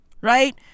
right